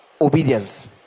obedience